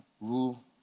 rule